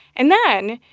and then,